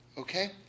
Okay